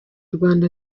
rwanda